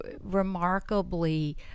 remarkably